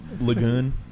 lagoon